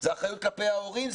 זה אחריות כלפי ההורים,